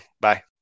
Bye